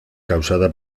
causada